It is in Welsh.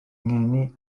ngeni